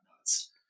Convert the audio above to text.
nuts